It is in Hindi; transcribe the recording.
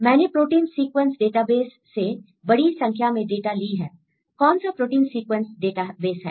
मैंने प्रोटीन सीक्वेंस डेटाबेस से बड़ी संख्या में डेटा ली है कौन सा प्रोटीन सीक्वेंस डेटाबेस है